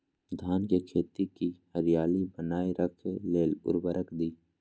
धान के खेती की हरियाली बनाय रख लेल उवर्रक दी?